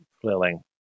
flailing